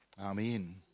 Amen